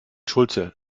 schulze